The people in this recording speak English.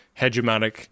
hegemonic